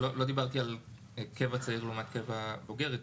לא דיברתי על קבע צעיר לעומת קבע בוגר יותר,